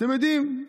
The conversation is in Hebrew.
אתם יודעים,